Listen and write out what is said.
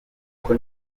uko